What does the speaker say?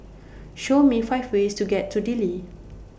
Show Me five ways to get to Dili